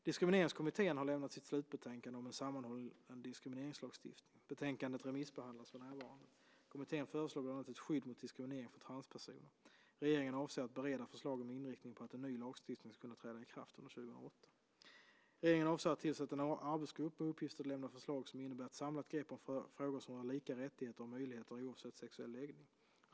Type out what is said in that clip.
Diskrimineringskommittén har lämnat sitt slutbetänkande om en sammanhållen diskrimineringslagstiftning. Betänkandet remissbehandlas för närvarande. Kommittén föreslår bland annat ett skydd mot diskriminering för transpersoner. Regeringen avser att bereda förslagen med inriktning på att en ny lagstiftning ska kunna träda i kraft under 2008. Regeringen avser att tillsätta en arbetsgrupp med uppgift att lämna förslag som innebär ett samlat grepp om frågor som rör lika rättigheter och möjligheter oavsett sexuell läggning.